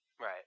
Right